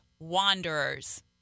wanderers